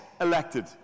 elected